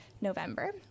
November